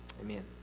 Amen